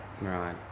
Right